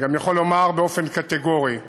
אני גם יכול לומר באופן קטגורי,